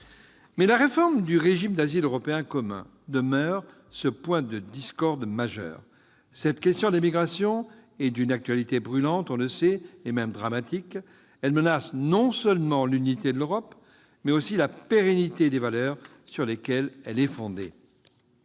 la réforme du régime d'asile européen commun demeure un point de discorde majeur. Cette question des migrations est d'une actualité brûlante- on le sait -et dramatique. Elle menace non seulement l'unité de l'Europe, mais aussi la pérennité des valeurs sur lesquelles elle est fondée.